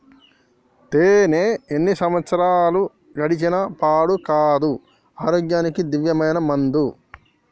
తేనే ఎన్ని సంవత్సరాలు గడిచిన పాడు కాదు, ఆరోగ్యానికి దివ్యమైన మందు